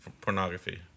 pornography